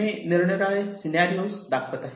मी निरनिराळे सिनारीओ दाखवत आहे